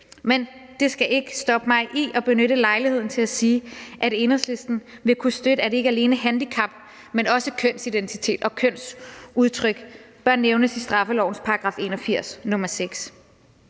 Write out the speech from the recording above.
men det skal ikke stoppe mig i at benytte lejligheden til at sige, at Enhedslisten vil kunne støtte, at ikke alene handicap, men også kønsidentitet og kønsudtryk bør nævnes i straffelovens § 81, nr. 6.